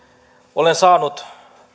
olen saanut